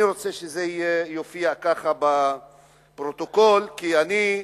אני רוצה שזה יופיע כך בפרוטוקול, כי אני,